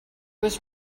was